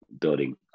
building